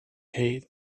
hate